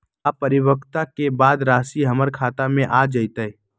का परिपक्वता के बाद राशि हमर खाता में आ जतई?